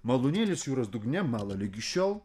malūnėlis jūros dugne mala ligi šiol